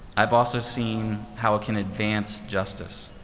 i've also seen how it can advance justice.